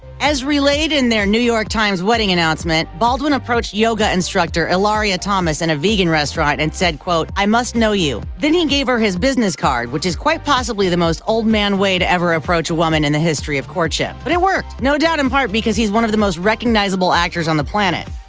as relayed in their new york times wedding announcement, baldwin approached yoga instructor hilaria thomas, in a vegan restaurant and said, quote i must know you. then he gave her his business card, which is quite possibly the most old man way to ever approach a woman in the history of courtship. but it worked, no doubt in part, because he's one of the most recognizable actors on the planet.